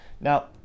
Now